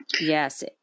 Yes